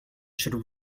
should